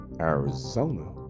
Arizona